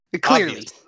Clearly